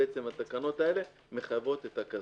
התקנות האלה מחייבות את הקסדה.